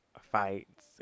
fights